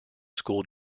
school